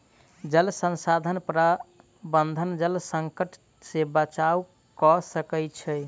जल संसाधन प्रबंधन जल संकट से बचाव कअ सकै छै